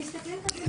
אני חייב להגיד לכם,